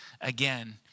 again